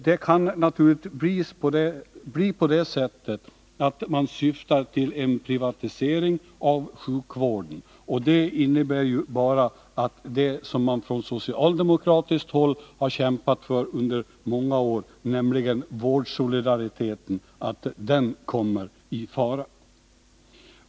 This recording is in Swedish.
Det kan naturligtvis vara så att man syftar till en privatisering av sjukvården. Det innebär att det som vi från socialdemokratiskt håll har kämpat för under många år, nämligen vårdsolidariteten, kommer i fara.